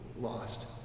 lost